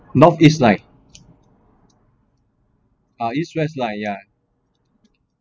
north-east line uh east-west line yeah